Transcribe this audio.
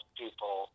people